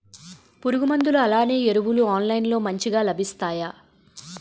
పురుగు మందులు అలానే ఎరువులు ఆన్లైన్ లో మంచిగా లభిస్తాయ?